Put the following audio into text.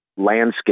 landscape